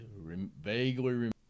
Vaguely